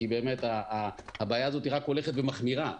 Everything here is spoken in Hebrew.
כי באמת הבעיה הזאת רק הולכת ומחמירה.